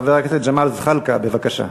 חבר הכנסת ג'מאל זחאלקה, בבקשה.